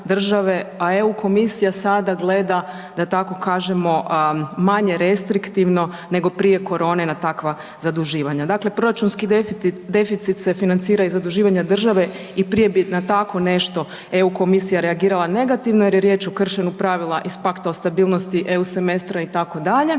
a EU komisija sada gleda da tako kažemo manje restriktivno nego prije korone na takva zaduživanja. Dakle, proračunski deficit se financira iz zaduživanja države i prije bi na tako nešto EU komisija reagirala negativno jer je riječ o kršenju pravila iz Pakta o stabilnosti EU semestra itd., a